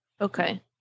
Okay